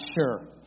sure